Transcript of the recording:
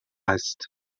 است